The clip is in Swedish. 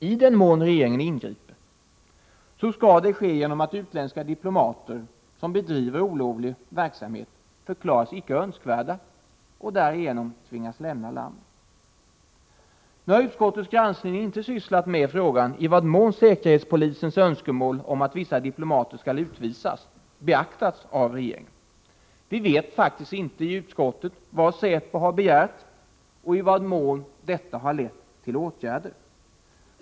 I den mån regeringen ingriper skall det ske genom att utländska diplomater som bedriver olovlig verksamhet förklaras icke önskvärda och därigenom tvingas lämna landet. Nu har utskottets granskning inte sysslat med frågan i vad mån säkerhetspolisens önskemål om att vissa diplomater skall utvisas beaktats av regeringen. Vi vet faktiskt inte i utskottet vad säpo har begärt och i vad mån detta har lett till åtgärder.